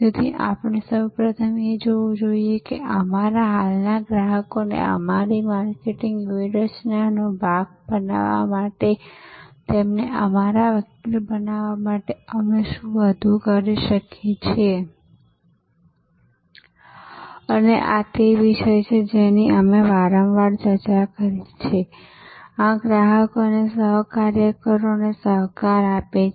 તેથી આપણે સૌપ્રથમ એ જોવું જોઈએ કે અમારા હાલના ગ્રાહકોને અમારી માર્કેટિંગ વ્યૂહરચનાનો ભાગ બનાવવા માટે તેમને અમારા વકીલ બનાવવા માટે અમે વધુ શું કરી શકીએ અને આ તે વિષય છે જેની અમે વારંવાર ચર્ચા કરી છે આ ગ્રાહક અને સહકાર્યકરોને સહકાર આપે છે